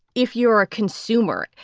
if you're a consumer,